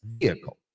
vehicle